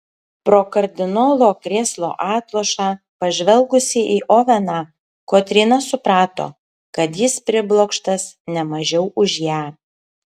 pro kardinolo krėslo atlošą pažvelgusi į oveną kotryna suprato kad jis priblokštas ne mažiau už ją